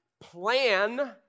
plan